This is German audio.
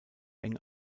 eng